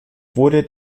wurde